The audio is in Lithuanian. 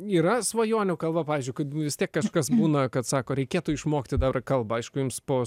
yra svajonių kalba pavyzdžiui kad vis tiek kažkas būna kad sako reikėtų išmokti dar kalbą aišku jums po